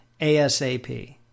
ASAP